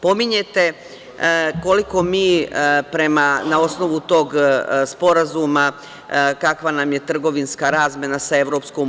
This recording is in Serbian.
Pominjete koliko mi, na osnovu tog sporazuma, kakva nam je trgovinska razmena sa EU.